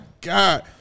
God